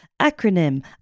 acronym